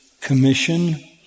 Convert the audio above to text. commission